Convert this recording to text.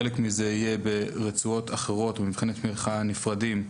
חלק מזה יהיה ברצועות אחרות, במבחני תמיכה נפרדים,